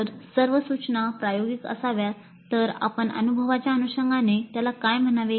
जर सर्व सूचना प्रायोगिक असाव्यात तर आपण अनुभवाच्या अनुषंगाने त्याला काय म्हणावे